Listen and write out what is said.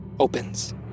opens